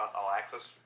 all-access